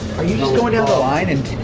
are you just going down the line? and